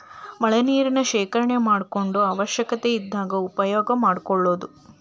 ಮಳಿ ನೇರನ್ನ ಶೇಕರಣೆ ಮಾಡಕೊಂಡ ಅವಶ್ಯ ಇದ್ದಾಗ ಉಪಯೋಗಾ ಮಾಡ್ಕೊಳುದು